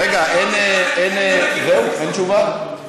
רגע, זהו, אין תשובה?